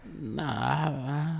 Nah